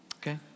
Okay